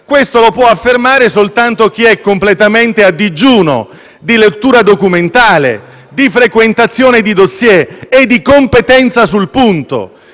Questo però può affermarlo soltanto chi è completamente a digiuno di lettura documentale, di frequentazione di *dossier* e di competenza sul punto.